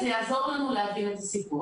זה יעזור לנו להבין את הסיפור.